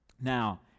Now